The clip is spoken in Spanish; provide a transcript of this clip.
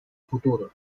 futuro